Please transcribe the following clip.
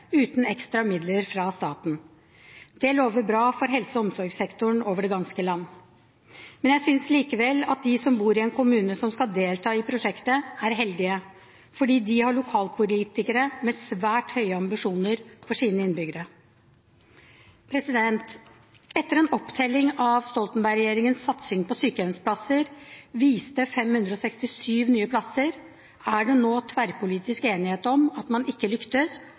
uten ekstra midler fra staten. Det lover bra for helse- og omsorgssektoren over det ganske land. Jeg synes likevel at de som bor i en kommune som skal delta i prosjektet, er heldige, for de har lokalpolitikere med svært høye ambisjoner for sine innbyggere. Etter at opptellingen av Stoltenberg-regjeringens satsing på sykehjemsplasser viste 567 nye plasser, er det nå tverrpolitisk enighet om at man ikke lyktes,